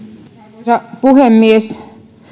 arvoisa puhemies